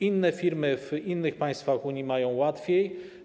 Inne firmy w innych państwach Unii mają łatwiej.